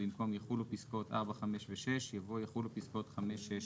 במקום "כאמור בפסקה (4)" יבוא "כאמור בפסקה (5)".